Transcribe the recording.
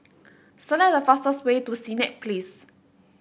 select the fastest way to Senett Place